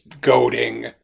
goading